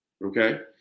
Okay